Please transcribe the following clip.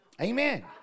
Amen